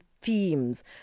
themes